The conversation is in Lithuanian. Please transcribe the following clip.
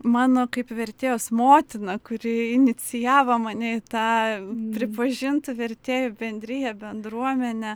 mano kaip vertėjos motina kuri inicijavo mane į tą pripažintų vertėjų bendriją bendruomenę